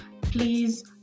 please